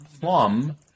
plum